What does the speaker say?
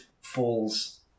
falls